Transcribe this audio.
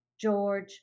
George